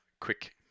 quick